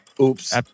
Oops